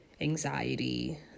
anxiety